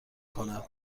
کند